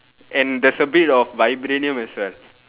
and there's a bit of vibranium as well